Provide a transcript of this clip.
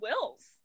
Wills